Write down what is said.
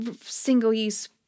single-use